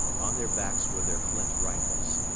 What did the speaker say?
on their backs were their flint rifles.